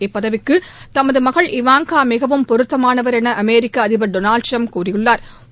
இப்பதவிக்கு தமது மகள் இவாங்கா மிகவும் பொருத்தமானவா் என அமெரிக்க அதிபா் டொனால்ட் ட்ரம்ப் கூறியுள்ளா்